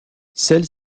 celle